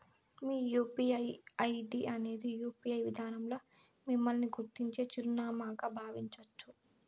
మీ UPI ID అనేది UPI విదానంల మిమ్మల్ని గుర్తించే చిరునామాగా బావించచ్చు